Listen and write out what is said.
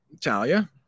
Talia